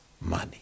money